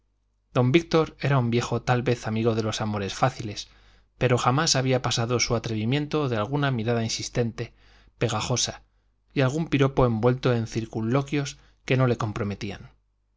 don víctor era un viejo tal vez amigo de los amores fáciles pero jamás había pasado su atrevimiento de alguna mirada insistente pegajosa y algún piropo envuelto en circunloquios que no le comprometían